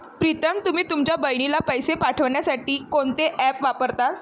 प्रीतम तुम्ही तुमच्या बहिणीला पैसे पाठवण्यासाठी कोणते ऍप वापरता?